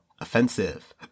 offensive